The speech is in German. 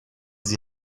sie